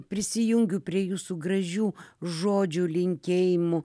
prisijungiu prie jūsų gražių žodžių linkėjimų